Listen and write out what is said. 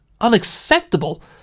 unacceptable